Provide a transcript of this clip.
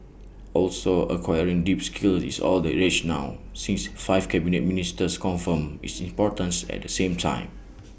also acquiring deep skills is all the rage now since five Cabinet Ministers confirmed its importance at the same time